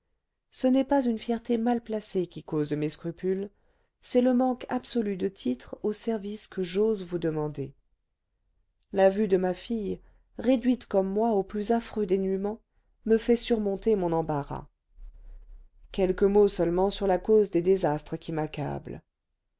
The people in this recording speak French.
ce n'est pas une fierté mal placée qui cause mes scrupules c'est le manque absolu de titres au service que j'ose vous demander la vue de ma fille réduite comme moi au plus affreux dénuement me fait surmonter mon embarras quelques mots seulement sur la cause des désastres qui m'accablent